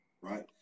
right